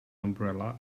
umbrella